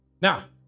Now